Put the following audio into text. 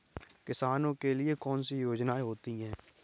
किसानों के लिए कौन कौन सी योजनायें होती हैं?